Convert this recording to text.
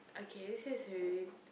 okay this is really